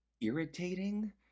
irritating